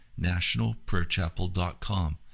nationalprayerchapel.com